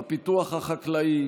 בפיתוח החקלאי,